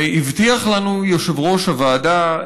והבטיח לנו יושב-ראש הוועדה,